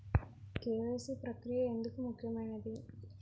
KYC ప్రక్రియ ఎందుకు ముఖ్యమైనది?